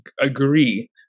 agree